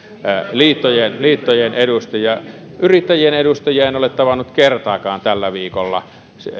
liittojen liittojen edustajia yrittäjien edustajia en ole tavannut kertaakaan tällä viikolla